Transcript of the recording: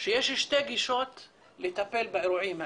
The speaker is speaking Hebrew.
שיש שתי גישות לטפל באירועים האלה: